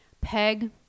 peg